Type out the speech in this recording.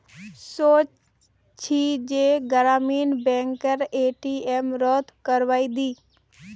सोच छि जे ग्रामीण बैंकेर ए.टी.एम रद्द करवइ दी